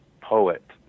poet